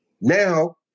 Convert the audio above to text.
now